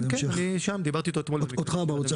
כן, כן, אני שם, דיברתי איתו אתמול בישיבת הממשלה.